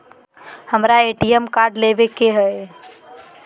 हमारा ATM card लेव के हई